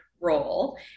role